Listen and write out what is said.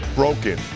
broken